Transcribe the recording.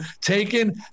taken